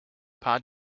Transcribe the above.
pod